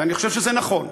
ואני חושב שזה נכון,